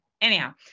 Anyhow